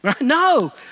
No